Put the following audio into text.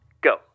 Go